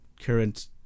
current